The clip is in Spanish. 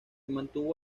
mantuvo